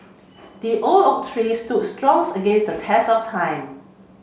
the oak tree stood strong against the test of time